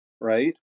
right